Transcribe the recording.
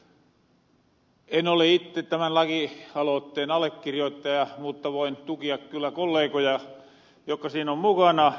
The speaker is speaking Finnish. en ole itte tämän lakialotteen allekirjoittaja mutta voin tukia kyllä kollegoja jokka siin on mukana